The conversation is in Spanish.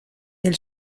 del